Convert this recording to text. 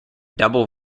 double